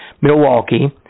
Milwaukee